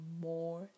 more